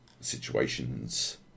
situations